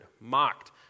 mocked